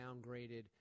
downgraded